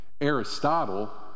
Aristotle